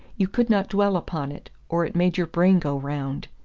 you could not dwell upon it, or it made your brain go round.